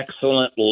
excellent